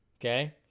Okay